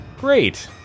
great